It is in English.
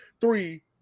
Three